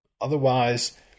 Otherwise